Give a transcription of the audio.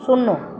শূন্য